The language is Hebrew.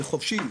שזה חובשים,